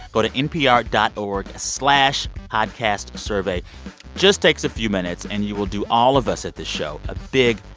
go to npr dot org slash podcastsurvey just takes a few minutes, and you will do all of us at the show a big,